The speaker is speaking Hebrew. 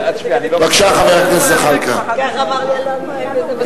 בבקשה, חבר הכנסת זחאלקה.